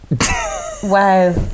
Wow